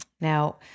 Now